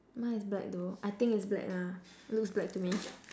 mine is black though I think it's black lah looks black to me